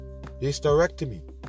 hysterectomy